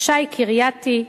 שי קרייתי,